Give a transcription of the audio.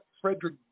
Frederick